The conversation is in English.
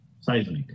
seismic